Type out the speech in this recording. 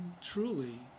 truly